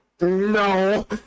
No